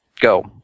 Go